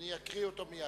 שאקריא אותו מייד.